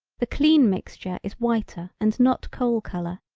the clean mixture is whiter and not coal color,